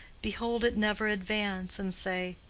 behold it never advance, and say,